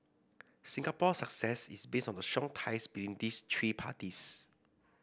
Singapore's success is based on the strong ties between these three parties